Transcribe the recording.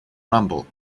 rumble